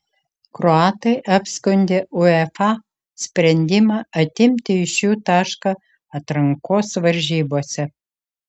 kroatai apskundė uefa sprendimą atimti iš jų tašką atrankos varžybose